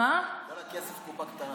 300 מיליון שקל,